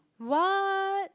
what